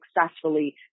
successfully